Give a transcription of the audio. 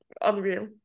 unreal